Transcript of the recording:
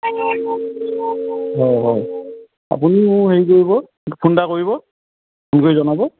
হয় হয় আপুনি মোক হেৰি কৰিব ফোন এটা কৰিব ফোন কৰি জনাব